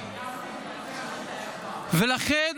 ולכן